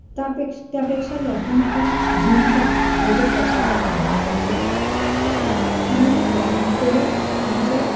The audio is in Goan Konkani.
त्या पेक्षा लोकांक आतां झुम्बा हो जो प्रकारआयला नाचाचो तातूंत आमी व्यायाम करून आमचे